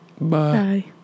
Bye